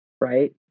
Right